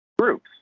groups